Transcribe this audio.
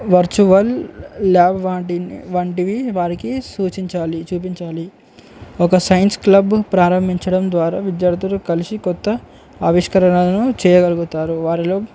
virtual lab వంటిని వంటివి వారికి సూచించాలి చూపించాలి ఒక సైన్స్ క్లబ్ ప్రారంభించడం ద్వారా విద్యార్థులు కలిసి కొత్త ఆవిష్కరణను చేయగలుగుతారు వారిలో